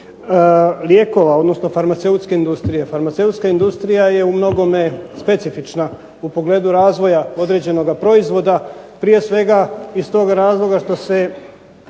lijekova, odnosno farmaceutske industrije. Farmaceutska industrija je u mnogome specifična u pogledu razvoja određenoga proizvoda prije svega iz tog razloga što se